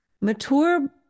Mature